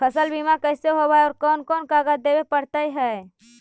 फसल बिमा कैसे होब है और कोन कोन कागज देबे पड़तै है?